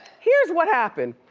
here's what happened.